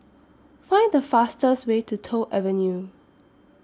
Find The fastest Way to Toh Avenue